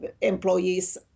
employees